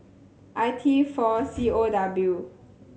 I T four C O W